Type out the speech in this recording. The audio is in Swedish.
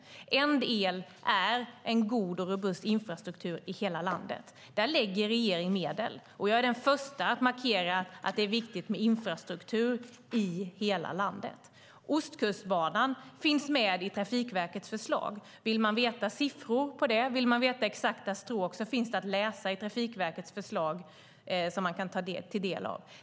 En del är en god och robust infrastruktur i hela landet. Där lägger regeringen medel, och jag är den första att markera att det är viktigt med infrastruktur i hela landet. Ostkustbanan finns med i Trafikverkets förslag. Vill man veta siffror på det och vill man veta exakta stråk finns det att läsa i Trafikverkets förslag som man kan ta del av.